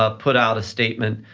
ah put out a statement,